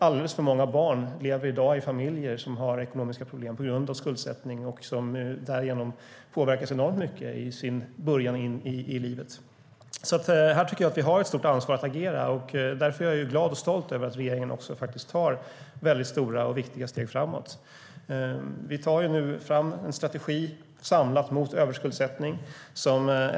Alldeles för många barn lever i dag i familjer som har ekonomiska problem på grund av skuldsättning, vilket påverkar dessa barn enormt mycket. Här tycker jag att vi har ett stort ansvar att agera. Därför är jag glad och stolt över att regeringen tar väldigt stora och viktiga steg framåt. Vi tar nu fram en samlad strategi mot överskuldsättning.